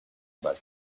about